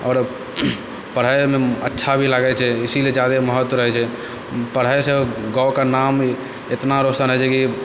आओर पढ़ाइ अच्छा भी लागै छै इसलिए ज्यादे महत्व रहै छै पढ़ाइसँ गाँवके नाम एतना रोशन होइ छै कि